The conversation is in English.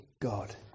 God